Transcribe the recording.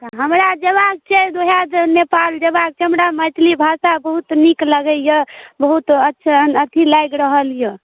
हमरा जेबाक छै ओहे नेपाल जेबाक छै हमरा मैथिली भाषा बहुत नीक लगैय बहुत अच्छा अथी लागि रहल यऽ